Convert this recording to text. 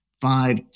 five